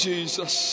Jesus